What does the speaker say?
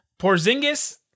Porzingis